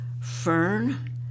Fern